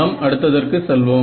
நாம் அடுத்ததற்கு செல்வோம்